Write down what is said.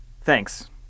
Thanks